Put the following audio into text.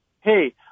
hey